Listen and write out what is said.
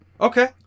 Okay